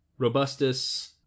Robustus